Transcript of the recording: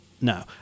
no